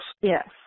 Yes